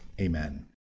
amen